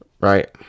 Right